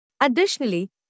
Additionally